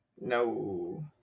No